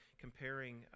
comparing